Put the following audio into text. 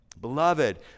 Beloved